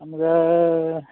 ನಮ್ಗೆ